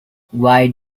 why